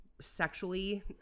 sexually